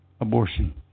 abortion